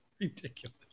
Ridiculous